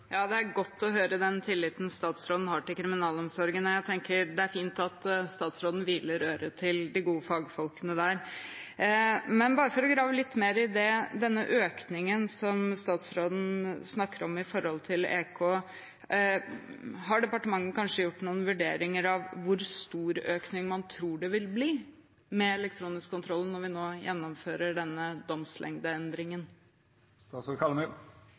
Det er godt å høre den tilliten statsråden har til kriminalomsorgen. Jeg tenker det er fint at statsråden låner øre til de gode fagfolkene der. Men for å grave litt mer i den økningen statsråden snakker om med hensyn til EK: Har departementet kanskje gjort noen vurderinger av hvor stor økning man tror det vil bli i elektronisk kontroll når vi nå gjennomfører denne domslengdeendringen?